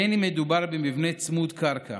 בין שמדובר במבנה צמוד קרקע